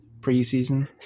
preseason